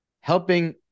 helping